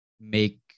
make